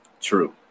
True